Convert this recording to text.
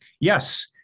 yes